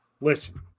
listen